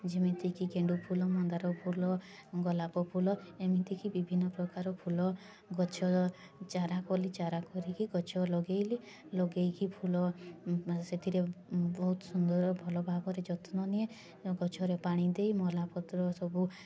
ଯେମିତିକି ଗେଣ୍ଡୁ ଫୁଲ ମନ୍ଦାର ଫୁଲ ଗୋଲାପ ଫୁଲ ଏମିତି କି ବିଭିନ୍ନ ପ୍ରକାର ଫୁଲ ଗଛର ଚାରା କଲି ଚାରା କରିକି ଗଛ ଲଗେଇଲି ଲଗେଇକି ଫୁଲ ସେଥିରେ ବହୁତ ସୁନ୍ଦର ଭଲଭାବରେ ଯତ୍ନ ନିଏ ଗଛରେ ପାଣି ଦେଇ ମଲା ପତ୍ର ସବୁ